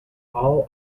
all